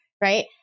right